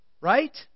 Right